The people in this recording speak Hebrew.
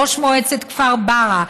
ראש מועצת כפר ברא,